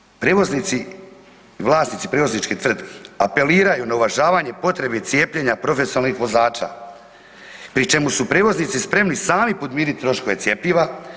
Na kraju, prijevoznici, vlasnički prijevozničkih tvrtki apeliraju na uvažavanje potrebe cijepljenja profesionalnih vozača pri čemu su prijevoznici spremni sami podmiriti troškove cjepiva.